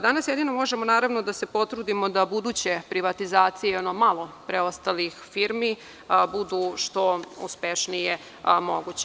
Danas jedino možemo da se potrudimo da buduće privatizacije, ono malo preostalih firmi, budu što uspešnije moguće.